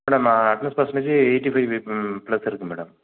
madam attendance percentage eighty five hmm plus இருக்கு madam